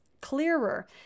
clearer